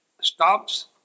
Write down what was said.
stops